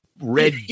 red